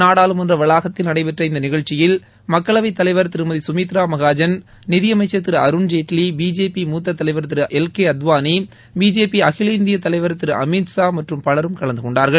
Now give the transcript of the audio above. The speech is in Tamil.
நாடாளுமன்ற வளாகத்தில் நடைபெற்ற இந்த நிகழ்ச்சியில் மக்களவை தலைவர் திருமதி சுமித்ரா மகாஜன் நிதியமைச்சர் திரு அருண்ஜேட்லி பிஜேபி மூத்த தலைவர் திரு எல் கே அத்வானி பிஜேபி அகில இந்திய தலைவர் திரு அமித்ஷா மற்றும் பலரும் கலந்து கொண்டார்கள்